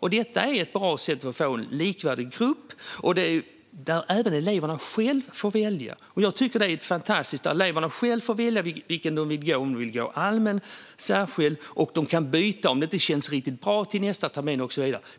Och detta är ett bra sätt att få en likvärdig grupp, och eleverna får själva välja. Jag tycker att det är fantastiskt att eleverna själva får välja om de vill gå allmän eller särskild kurs, och de kan byta till nästa termin om det inte känns riktigt bra.